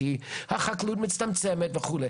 כי החקלאות מצטמצמת וכו'.